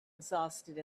exhausted